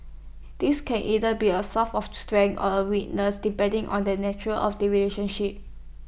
this can either be A source of strength or A weakness depending on the nature of the relationship